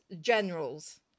generals